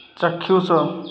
ଚାକ୍ଷୁଷ